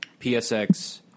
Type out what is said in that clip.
PSX